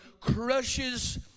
crushes